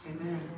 Amen